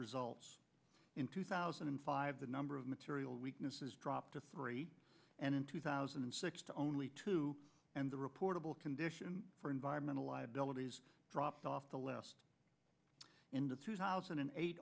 results in two thousand and five the number of material weaknesses dropped to three and in two thousand and six to only two and the reportable condition for environmental liabilities dropped off the left in the two thousand and eight